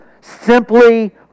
simply